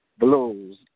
Blues